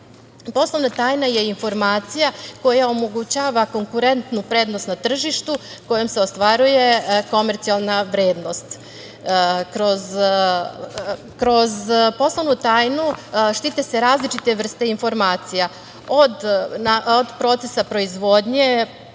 Poslovna tajna je informacija koja omogućava konkurentnu prednost na tržištu kojom se ostvaruje komercijalna vrednost. Kroz poslovnu tajnu se štite različite vrste informacija, od procesa proizvodnje